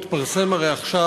הרי התפרסם עכשיו,